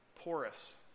Porous